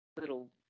little